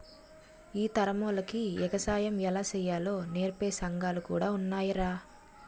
ఈ తరమోల్లకి ఎగసాయం ఎలా సెయ్యాలో నేర్పే సంగాలు కూడా ఉన్నాయ్రా